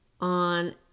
on